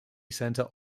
center